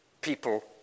people